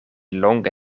longe